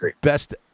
best